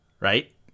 Right